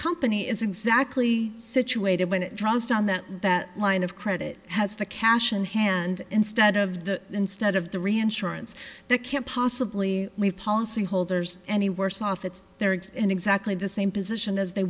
company is exactly situated when it draws down that that line of credit has the cash in hand instead of the instead of the reinsurance they can't possibly waive policyholders any worse off it's there it's in exactly the same position as they